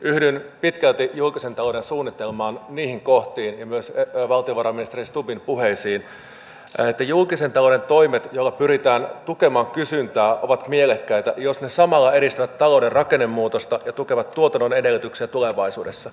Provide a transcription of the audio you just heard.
yhdyn pitkälti julkisen talouden suunnitelman niihin kohtiin ja myös valtiovarainministeri stubbin puheisiin että julkisen talouden toimet joilla pyritään tukemaan kysyntää ovat mielekkäitä jos ne samalla edistävät talouden rakennemuutosta ja tukevat tuotannon edellytyksiä tulevaisuudessa